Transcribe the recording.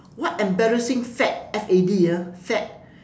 what embarrassing fad F A D ah fad